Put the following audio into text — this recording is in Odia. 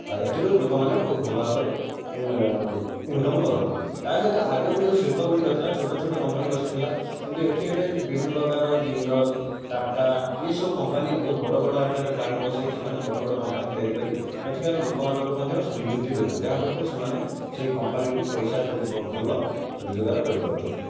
ଆଉ ଏଥିରୁ ଲୋକମାନେ ବହୁତ ଭଲ ଭାବରେ ଇନକମ୍ କରନ୍ତି ତା ସହିତ ଆଗରୁ ଯେଉଁ ଶିଳ୍ପ ଗୁଡ଼ିକ ଥିଲା ଛୋଟ ଛୋଟ କମ୍ପାନୀ ବସିଥିଲା କିନ୍ତୁ ଏଠି ଏବେ ବିଭିନ୍ନ ପ୍ରକାର ଜିନ୍ଦଲ ଟାଟା ଏହିସବୁ କମ୍ପାନୀ ବହୁତ ବଡ଼ ବଡ଼ ଆକାରରେ ପ୍ଲାଣ୍ଟ ବସାଇ ସେମାନେ ବଡ଼ ବଡ଼ କମ୍ପାନୀ ତିଆରି କରି ଏଠିକାର ଲୋକମାନଙ୍କୁ ମଧ୍ୟ ନିଯୁକ୍ତି ଦେଉଛନ୍ତି ଯାହା ଫଳରେ ସେମାନେ ସେ କମ୍ପାନୀରୁ ପଇସା ଭଲ ରୋଜଗାର କରିପାରୁଛନ୍ତି